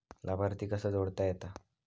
लाभार्थी कसा जोडता येता?